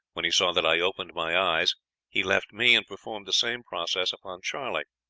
when he saw that i opened my eyes he left me, and performed the same process upon charley.